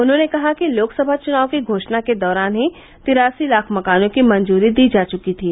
उन्होंने कहा कि लोकसभा चुनाव की घोषणा के दौरान ही तिरासी लाख मकानों की मंजूरी दी जा चुकी थी